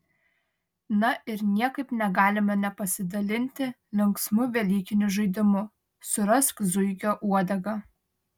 na ir niekaip negalime nepasidalinti linksmu velykiniu žaidimu surask zuikio uodegą